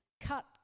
Cut